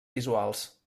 visuals